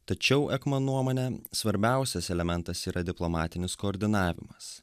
tačiau ekman nuomone svarbiausias elementas yra diplomatinis koordinavimas